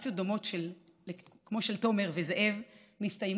סיטואציות דומות כמו של תומר וזאב מסתיימות